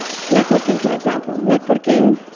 networking, for example, networking,